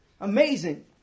Amazing